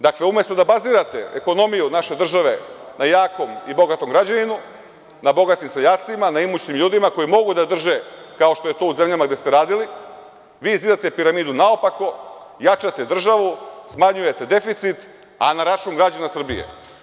Dakle, umesto da bazirate ekonomiju naše države na jakom i bogatom građaninu, na bogatim seljacima, na imućnim ljudima koji mogu da drže, kao što je to u zemljama gde ste radili, vi zidate piramidu naopako, jačate državu, smanjujete deficit, a na račun građana Srbije.